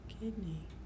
kidney